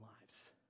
lives